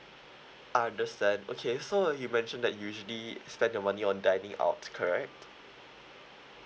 understand okay so uh you mentioned that you usually spend your money on dining out correct